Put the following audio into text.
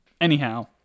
Anyhow